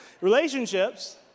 Relationships